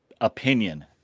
opinion